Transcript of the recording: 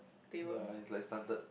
ya it's like slanted